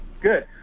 Good